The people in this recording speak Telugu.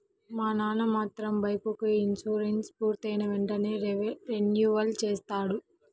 మా నాన్న మాత్రం బైకుకి ఇన్సూరెన్సు పూర్తయిన వెంటనే రెన్యువల్ చేయిస్తాడు